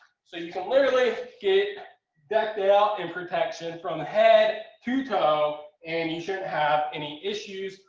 so you can literally get that veil and protection from head to toe and you shouldn't have any issues,